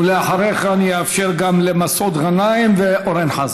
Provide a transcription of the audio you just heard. ואחריך אני אאפשר גם למסעוד גנאים ולאורן חזן.